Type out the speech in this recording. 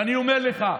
ואני אומר לך,